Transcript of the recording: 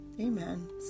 Amen